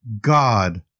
God